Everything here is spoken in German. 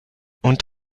und